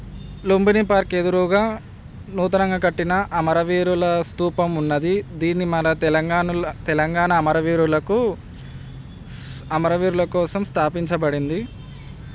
Lumbini park ఎదురూగా నూతనంగా కట్టిన అమరవీరుల స్తూపం ఉన్నది దీన్ని మన తెలంగాణలో తెలంగాణ అమరవీరులకు అమరవీరుల కోసం స్థాపించబడింది